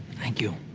thank you.